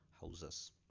houses